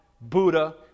buddha